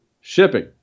shipping